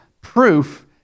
proof